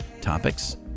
topics